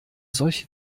solche